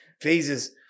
phases